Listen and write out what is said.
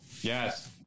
Yes